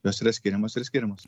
jos yra skiriamos ir skiriamos